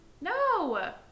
No